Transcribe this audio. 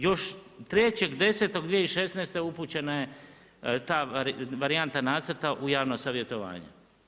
Još 3.10.2016. upućena je ta varijanta nacrta u javno savjetovanje.